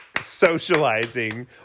socializing